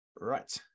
Right